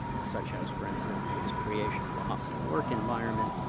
such as for instance, this creation of a hostile work environment,